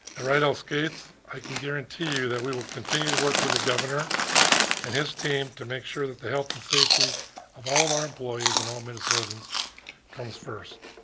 rydell skates, i can guarantee you we will continue to work with the governor and his team to make sure that the health and safety of all of our employees and all minnesotans comes first.